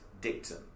dictum